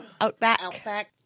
Outback